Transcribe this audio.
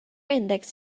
index